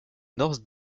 north